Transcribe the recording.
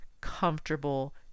comfortable